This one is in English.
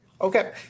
Okay